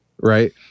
Right